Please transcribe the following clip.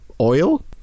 oil